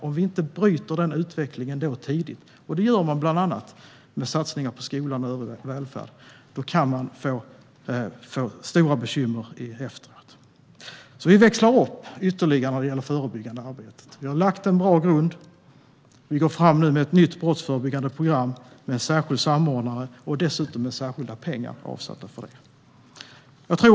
Om vi inte bryter denna utveckling tidigt - vilket man bland annat gör med satsningar på skolan och övrig välfärd - kan det bli stora bekymmer i efterhand. Vi växlar upp ytterligare när det gäller det förebyggande arbetet. Vi har lagt en bra grund, vi går fram med ett nytt brottsförebyggande program med en särskild samordnare och dessutom är särskilda pengar avsatta.